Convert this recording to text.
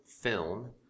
film